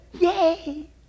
Yay